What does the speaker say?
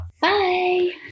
Bye